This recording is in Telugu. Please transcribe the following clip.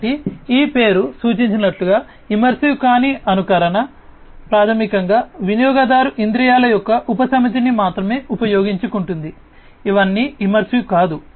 కాబట్టి ఈ పేరు సూచించినట్లుగా ఇమ్మర్సివ్ కాని అనుకరణ ప్రాథమికంగా వినియోగదారు ఇంద్రియాల యొక్క ఉపసమితిని మాత్రమే ఉపయోగించుకుంటుంది ఇవన్నీ ఇమ్మర్సివ్ కాదు